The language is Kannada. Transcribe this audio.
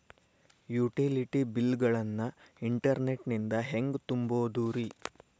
ಯುಟಿಲಿಟಿ ಬಿಲ್ ಗಳನ್ನ ಇಂಟರ್ನೆಟ್ ನಿಂದ ಹೆಂಗ್ ತುಂಬೋದುರಿ?